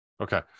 okay